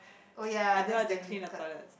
oh ya that's damn difficult